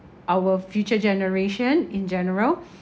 our future generation in general